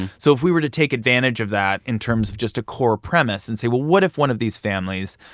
so if we were to take advantage of that in terms of just a core premise and say, well, what if one of these families,